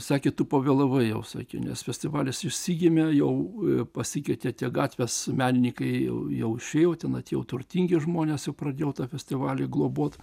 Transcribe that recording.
sakė tu pavėlavai jau sakė nes festivalis išsigimė jau pasikeite tie gatvės menininkai o jau išėjo ten atėjo turtingi žmonės pradėjo tą festivalį globot